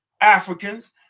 Africans